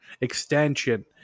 Extension